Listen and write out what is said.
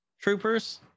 troopers